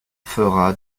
fera